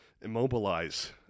immobilize